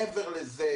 מעבר לזה,